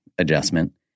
adjustment